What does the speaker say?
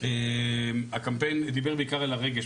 דיבר בעיקר אל הרגש,